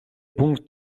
пункт